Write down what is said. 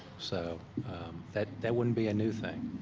so that that wouldn't be a new thing.